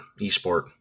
esport